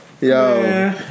Yo